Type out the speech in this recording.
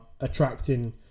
attracting